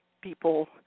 people